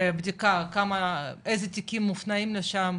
ובדיקה איזה תיקים מופנים לשם,